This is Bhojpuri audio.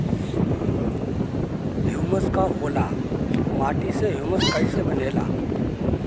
ह्यूमस का होला माटी मे ह्यूमस कइसे बनेला?